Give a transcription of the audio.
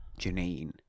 Janine